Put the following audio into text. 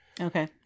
Okay